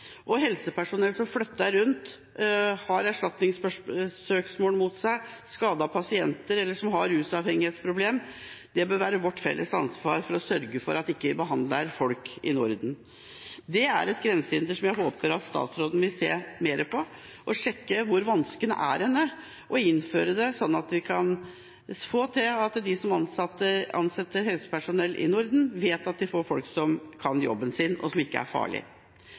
pasientsikkerhet. Helsepersonell som flytter rundt som har erstatningssøksmål mot seg, har skadet pasienter eller har rusavhengighetsproblemer, bør det være vårt felles ansvar å sørge for ikke får behandle folk i Norden. Det er et grensehinder som jeg håper at statsråden vil se mer på, og sjekke hvor vanskene er, slik at alle som ansetter helsepersonell i Norden, vet at de får folk som kan jobben sin, og som ikke er